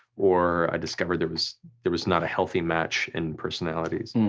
or i discovered there was there was not a healthy match in personalities.